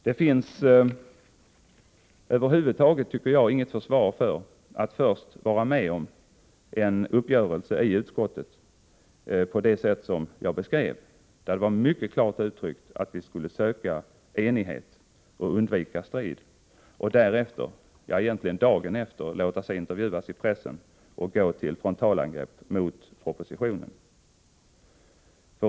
Jag anser att det över huvud taget inte finns något försvar för att först vara med om en uppgörelse i utskottet — vilken jag har redogjort för, och där det mycket klart sägs att vi skulle söka enighet och undvika strid — och dagen efter låta sig intervjuas i pressen och gå till frontalangrepp mot propositionen.